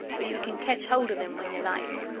for you can ketch hold of him when you like.